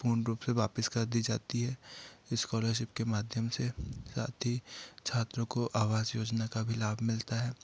पूर्ण रूप से वापस कर दी जाती है स्कॉलरशिप के माध्यम से साथ ही छात्रों को आवास योजना का भी लाभ मिलता है